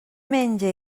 menja